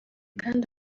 kandi